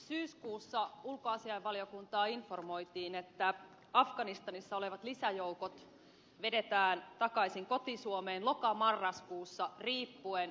syyskuussa ulkoasiainvaliokuntaa informoitiin että afganistanissa olevat lisäjoukot vedetään takaisin koti suomeen loka marraskuussa riippuen afganistanin vaaleista